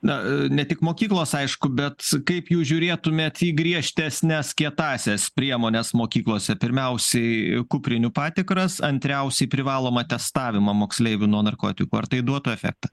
na ne tik mokyklos aišku bet kaip jūs žiūrėtumėt į griežtesnes kietąsias priemones mokyklose pirmiausiai kuprinių patikras antriausiai privalomą testavimą moksleivių nuo narkotikų ar tai duotų efektą